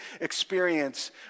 experience